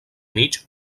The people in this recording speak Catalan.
mig